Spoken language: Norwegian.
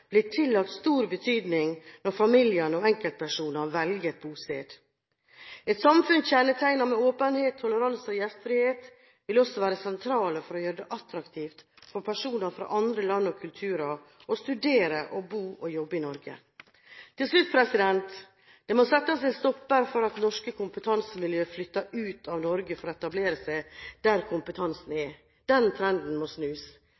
blir tillagt stor betydning når familier og enkeltpersoner velger et bosted. Et samfunn kjennetegnet ved åpenhet, toleranse og gjestfrihet vil også være sentralt for å gjøre det attraktivt for personer fra andre land og kulturer å studere, bo og jobbe i Norge. Til slutt: Det må settes en stopper for at norske kompetansemiljø flytter ut av Norge for å etablere seg der kompetansen er. Den trenden må snus.